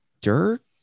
Dirk